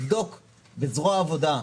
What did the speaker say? תבדוק בזרוע העבודה,